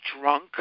drunk